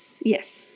yes